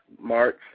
March